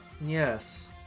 yes